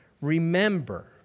remember